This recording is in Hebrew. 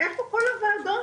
איפה כל הוועדות?